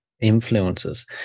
influences